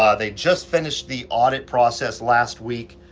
ah they just finished the audit process last week,